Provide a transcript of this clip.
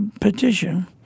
petition